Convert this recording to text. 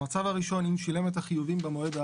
המצב הראשון: אם שילם את החיובים במועד האמור,